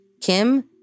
Kim